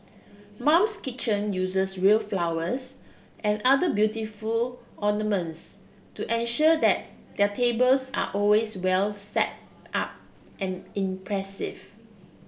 mum's kitchen uses real flowers and other beautiful ornaments to ensure that their tables are always well setup and impressive